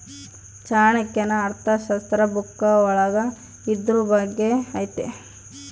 ಚಾಣಕ್ಯನ ಅರ್ಥಶಾಸ್ತ್ರ ಬುಕ್ಕ ಒಳಗ ಇದ್ರೂ ಬಗ್ಗೆ ಐತಿ